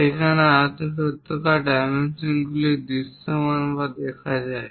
যেখানে আয়তক্ষেত্রাকার ডাইমেনশনগুলি দৃশ্যমান বা দেখা যায়